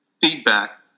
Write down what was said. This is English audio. feedback